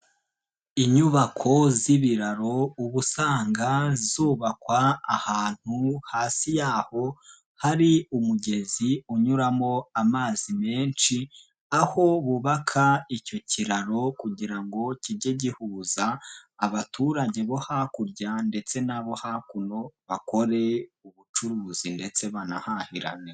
Inyubako z'ibiraro ubu usanga zubakwa ahantu hasi yaho, hari umugezi unyuramo amazi menshi, aho bubaka icyo kiraro kugira ngo kijye gihuza, abaturage bo hakurya ndetse n'abo hakuno bakore ubucuruzi ndetse banahahirane.